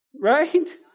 Right